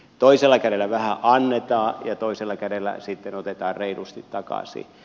toisella kädellä vähän annetaan ja toisella kädellä sitten otetaan reilusti takaisin